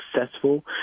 successful